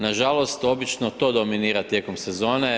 Nažalost obično to dominira tijekom sezone.